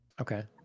Okay